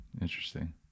Interesting